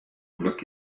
glück